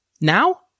Now